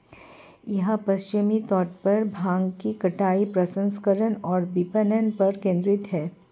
यह पश्चिमी तट पर भांग की कटाई, प्रसंस्करण और विपणन पर केंद्रित है